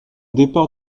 départ